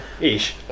Ish